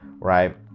right